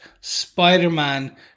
Spider-Man